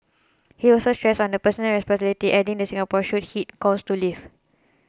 he also stressed on the personal responsibility adding that Singaporeans should heed calls to leave